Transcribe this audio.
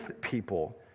people